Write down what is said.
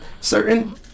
certain